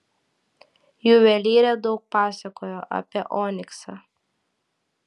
juvelyrė daug pasakojo apie oniksą